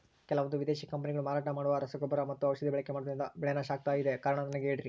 ಕೆಲವಂದು ವಿದೇಶಿ ಕಂಪನಿಗಳು ಮಾರಾಟ ಮಾಡುವ ರಸಗೊಬ್ಬರ ಮತ್ತು ಔಷಧಿ ಬಳಕೆ ಮಾಡೋದ್ರಿಂದ ಬೆಳೆ ನಾಶ ಆಗ್ತಾಇದೆ? ಕಾರಣ ನನಗೆ ಹೇಳ್ರಿ?